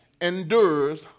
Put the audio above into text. Endures